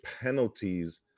penalties